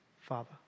Father